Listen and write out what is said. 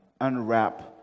unwrap